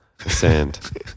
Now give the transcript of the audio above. Sand